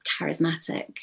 charismatic